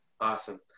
Awesome